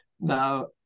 Now